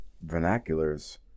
vernaculars